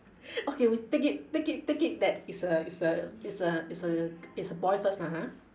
okay we take it take it take it that it's a it's a it's a it's a it's a boy first lah ha